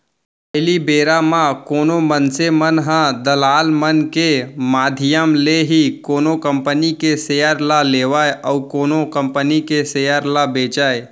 पहिली बेरा म कोनो मनसे मन ह दलाल मन के माधियम ले ही कोनो कंपनी के सेयर ल लेवय अउ कोनो कंपनी के सेयर ल बेंचय